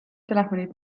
telefonid